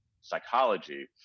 psychology